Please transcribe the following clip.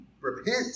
repent